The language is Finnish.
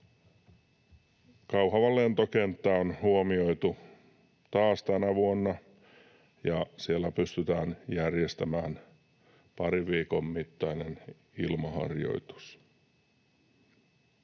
Kauhavan lentokenttä on huomioitu taas tänä vuonna ja siellä pystytään järjestämään parin viikon mittainen ilmaharjoitus.